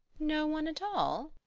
no one at all?